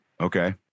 okay